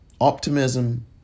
Optimism